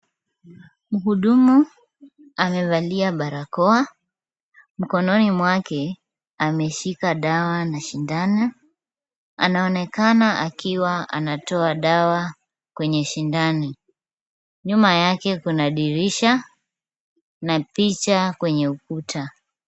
Mhudumu amevalia barakoa. Mkononi mwake ameshika dawa na sindano. Anaonekana akiwa anatoa dawa sindano. Nyuma yake kuna dirisha na picha kwenye ukuta.